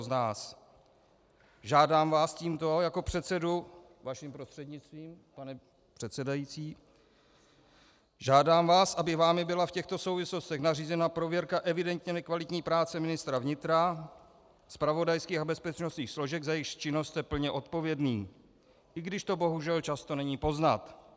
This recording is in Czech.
Tímto vás žádám jako předsedu, vaším prostřednictvím, pane předsedající, žádám vás, aby vámi byla v těchto souvislostech nařízena prověrka evidentně nekvalitní práce ministra vnitra, zpravodajských a bezpečnostních složek, za jejichž činnost jste plně odpovědný, i když to bohužel často není poznat.